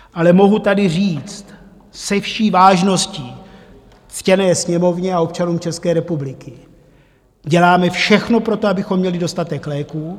Ale mohu tady říct se vší vážností ctěné Sněmovně a občanům České republiky, že děláme všechno pro to, abychom měli dostatek léků.